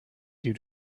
due